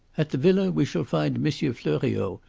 at the villa we shall find monsieur fleuriot,